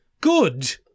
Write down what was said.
good